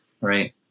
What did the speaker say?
Right